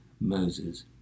Moses